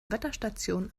wetterstation